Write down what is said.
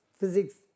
physics